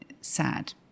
sad